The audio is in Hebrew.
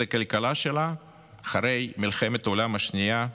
הכלכלה שלה למעלה אחרי מלחמת העולם השנייה.